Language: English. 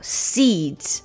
seeds